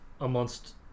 amongst